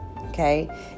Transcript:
okay